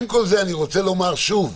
עם כל זה, אני רוצה לומר שוב,